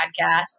podcast